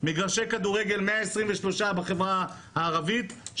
מגרשי כדורגל 123 בחברה הערבית,